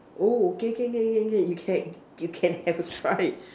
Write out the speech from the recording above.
oh can can can can can you can you can have a try